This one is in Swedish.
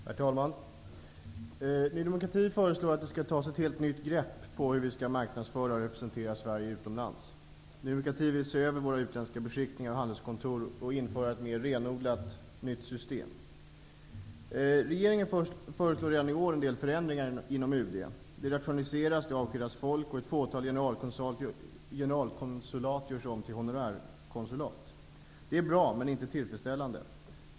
Herr talman! Ny demokrati föreslår att det skall tas ett helt nytt grepp på hur vi skall marknadsföra och representera Sverige utomlands. Ny demokrati vill se över våra utländska beskickningar och handelskontor och införa ett mer renodlat nytt system. Regeringen föreslår redan i år en del förändringar inom UD. Det rationaliseras, avskedas folk, och ett fåtal generalkonsulat görs om till honorärkonsulat. Det är bra men inte tillfredsställande.